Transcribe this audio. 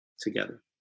together